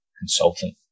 consultant